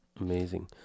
Amazing